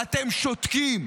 ואתם שותקים.